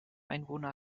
einwohner